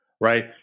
right